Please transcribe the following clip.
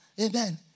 Amen